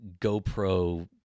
GoPro